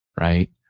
right